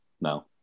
No